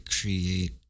create